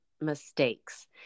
mistakes